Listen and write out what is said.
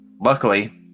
luckily